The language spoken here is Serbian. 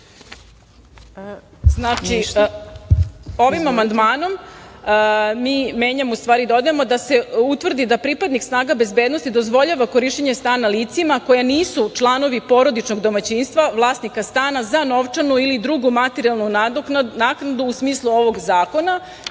Ovim amandmanom mi dodajemo da se utvrdi da pripadnik snaga bezbednosti dozvoljava korišćenje stana licima koja nisu članovi porodičnog domaćinstva vlasnika stana za novčanu ili drugu materijalnu naknadu u smislu ovog zakona. Naime,